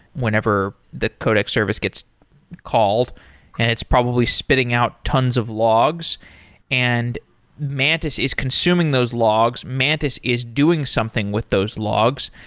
whenever the codec service gets called and it's probably spitting out tons of logs and mantis is consuming those logs, mantis is doing something with those logs.